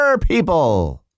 people